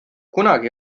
kunagi